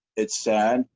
it's sad.